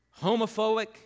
homophobic